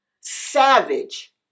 savage